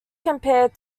compared